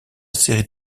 série